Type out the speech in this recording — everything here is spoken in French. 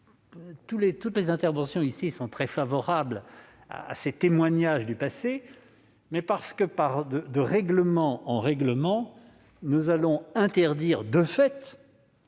qui se sont exprimés ici sont très favorables à ces témoignages du passé -, mais parce que, règlement après règlement, nous allons interdire de fait